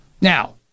Now